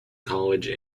college